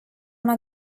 una